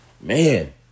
Man